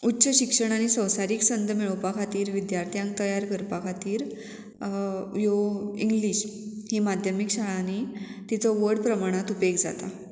उच्च शिक्षण आनी संवसारीक संद मेळोवपा खातीर विद्यार्थ्यांक तयार करपा खातीर ह्यो इंग्लीश ही माध्यमीक शाळांनी तिचो व्हड प्रमाणांत उपेग जाता